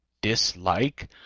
dislike